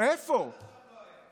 עד עכשיו לא היה.